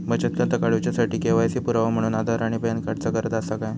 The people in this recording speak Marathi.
बचत खाता काडुच्या साठी के.वाय.सी पुरावो म्हणून आधार आणि पॅन कार्ड चा गरज आसा काय?